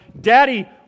Daddy